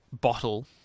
bottle